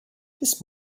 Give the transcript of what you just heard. this